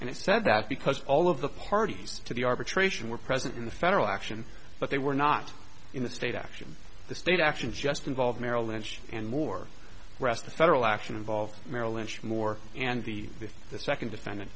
and i said that because all of the parties to the arbitration were present in the federal action but they were not in the state action the state action just involved merrill lynch and more rest the federal action involved merrill lynch moore and the with the second defend